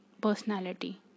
personality